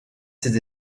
ses